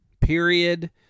period